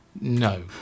No